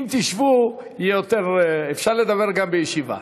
אם תשבו יהיה יותר, אפשר לדבר גם בישיבה.